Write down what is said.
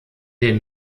den